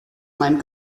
mein